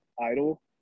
idle